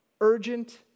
urgent